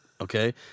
okay